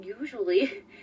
usually